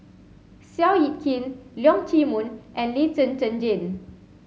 Seow Yit Kin Leong Chee Mun and Lee Zhen Zhen Jane